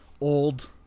old